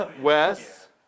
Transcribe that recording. Wes